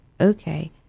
okay